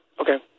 Okay